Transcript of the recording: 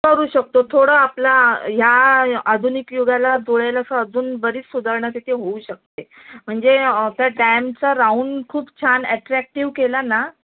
करू शकतो थोडं आपला या आधुनिक युगाला जुळेल असं अजून बरीच सुधारणा तिथे होऊ शकते म्हणजे आता डॅमचा राऊंड खूप छान ॲट्रॅक्टिव केला ना